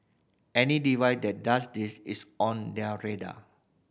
any device that does this is on their radar